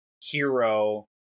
hero